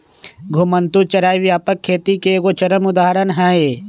घुमंतू चराई व्यापक खेती के एगो चरम उदाहरण हइ